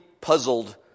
puzzled